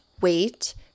wait